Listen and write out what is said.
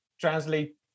translate